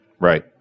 Right